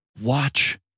watch